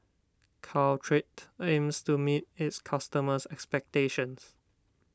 Caltrate aims to meet its customers' expectations